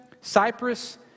Cyprus